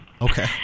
Okay